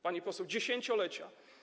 Pani poseł, dziesięciolecia.